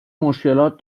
مشکلات